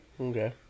Okay